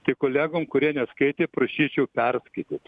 tai kolegom kurie neskaitė prašyčiau perskaityt